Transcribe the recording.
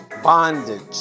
Bondage